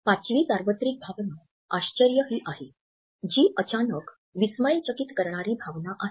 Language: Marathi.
पाचवी सार्वत्रिक भावना 'आश्चर्य' ही आहे जी अचानक विस्मयचकित करणारी भावना आहे